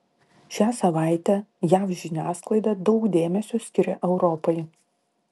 šią savaitę jav žiniasklaida daug dėmesio skiria europai